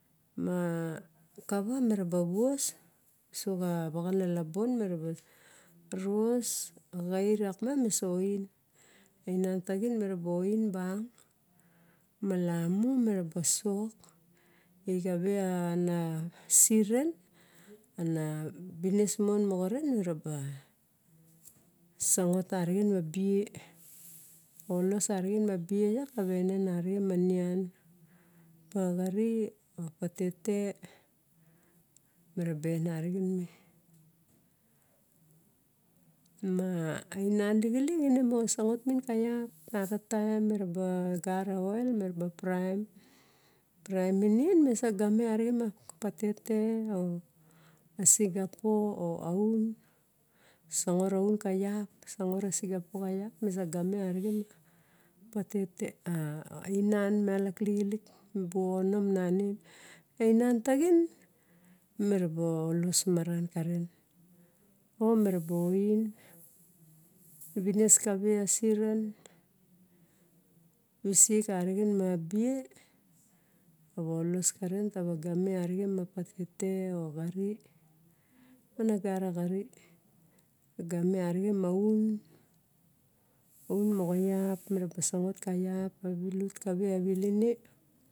Ma kavu meraba vuos uso xa vaxanalabon nos xait lak miang misa oing. Ainan taxin meraba oing bang malamu meraba sok ixine ana siren ana vines mon moxaren meraba sangot arexin ma bie, olos arixen ma bie iak avaenen arexin ma nian opa axari or patete moraba arixen me. Ma ainan lixilik ine moxa sangot minin kalap taxa taen mera ba gara oil meriba praem. praem minin ga arixen ma a inan miang lok lixilik mi bu oxonta nangin. Ainan taxin miraba olos karen kaia game arixen ma patete or xair opaing negata xari, game arixen ma aun, aun moxa lap mera ba sangot ka lap xulut kave a viline.